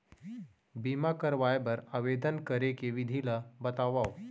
बीमा करवाय बर आवेदन करे के विधि ल बतावव?